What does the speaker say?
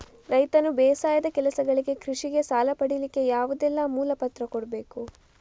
ರೈತನು ಬೇಸಾಯದ ಕೆಲಸಗಳಿಗೆ, ಕೃಷಿಗೆ ಸಾಲ ಪಡಿಲಿಕ್ಕೆ ಯಾವುದೆಲ್ಲ ಮೂಲ ಪತ್ರ ಕೊಡ್ಬೇಕು?